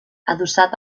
adossat